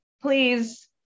please